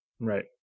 Right